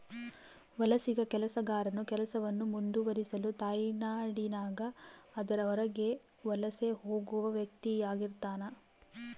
ವಲಸಿಗ ಕೆಲಸಗಾರನು ಕೆಲಸವನ್ನು ಮುಂದುವರಿಸಲು ತಾಯ್ನಾಡಿನಾಗ ಅದರ ಹೊರಗೆ ವಲಸೆ ಹೋಗುವ ವ್ಯಕ್ತಿಆಗಿರ್ತಾನ